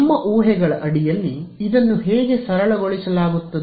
ನಮ್ಮ ಊಹೆಗಳ ಅಡಿಯಲ್ಲಿ ಇದನ್ನು ಹೇಗೆ ಸರಳಗೊಳಿಸಲಾಗುತ್ತದೆ